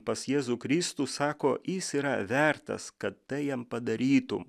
pas jėzų kristų sako jis yra vertas kad tai jam padarytum